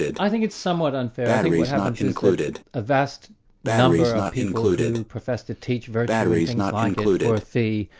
i think it's somewhat unfair. i think what happens is that a vast number of people who profess to teach virtue and things like it, for a fee,